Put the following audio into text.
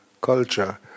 Culture